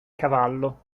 cavallo